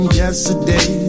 yesterday